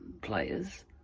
players